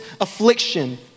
affliction